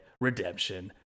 Redemption